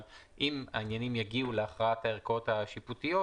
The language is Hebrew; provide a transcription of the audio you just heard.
אבל אם העניינים יגיעו להכרעת הערכאות השיפוטיות,